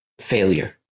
failure